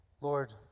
Lord